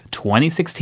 2016